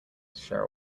share